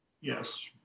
Yes